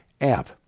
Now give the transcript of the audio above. app